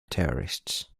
terrorists